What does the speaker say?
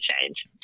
change